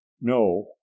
No